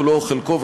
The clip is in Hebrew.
כולו או חלקו,